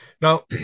Now